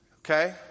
Okay